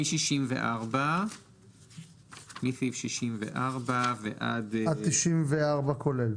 מסעיף 64. עד 94 כולל.